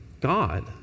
God